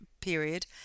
period